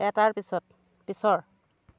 এটাৰ পিছত পিছৰ